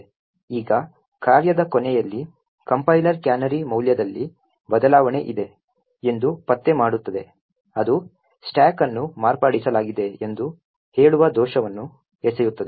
ಈಗ ಕಾರ್ಯದ ಕೊನೆಯಲ್ಲಿ ಕಂಪೈಲರ್ ಕ್ಯಾನರಿ ಮೌಲ್ಯದಲ್ಲಿ ಬದಲಾವಣೆ ಇದೆ ಎಂದು ಪತ್ತೆ ಮಾಡುತ್ತದೆ ಅದು ಸ್ಟಾಕ್ ಅನ್ನು ಮಾರ್ಪಡಿಸಲಾಗಿದೆ ಎಂದು ಹೇಳುವ ದೋಷವನ್ನು ಎಸೆಯುತ್ತದೆ